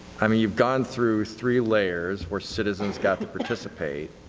i mean, you've gone through three layers where citizens got to participate.